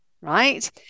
right